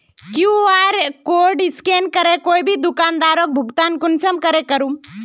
QR code scan करे कोई भी दुकानदारोक भुगतान कुंसम करे करूम?